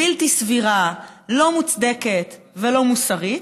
בלתי סבירה, לא מוצדקת ולא מוסרית?